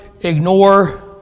ignore